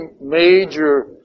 major